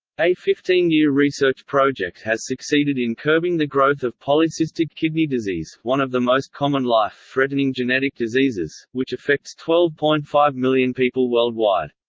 a fifteen year research project has succeeded in curbing the growth of polycystic kidney disease, one of the most common life-threatening genetic diseases, which affects twelve point five million people worldwide.